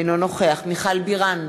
אינו נוכח מיכל בירן,